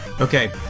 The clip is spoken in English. Okay